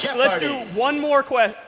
yeah let's do one more